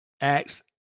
acts